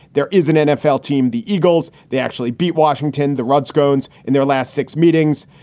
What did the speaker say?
there is an nfl team, the eagles. they actually beat washington, the redskins in their last six meetings.